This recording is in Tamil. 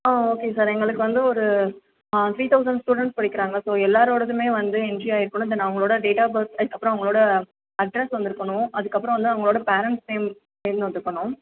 ஆ ஓகே சார் எங்களுக்கு வந்து ஒரு த்ரீ தௌசண்ட் ஸ்டுடெண்ஸ் படிக்கிறாங்க ஸோ எல்லாரோடதுமே வந்து என்ட்ரி ஆயிருக்கணும் தென் அவங்களோட டேட் ஆஃப் பர்த் அப்புறோம் அவங்களோட அட்ரஸ் வந்துருக்கணும் அதுக்கு அப்புறோம் வந்து அவங்களோட பேரன்ட்ஸ் நேம் சேர்ந்து வந்துருக்கணும்